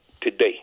today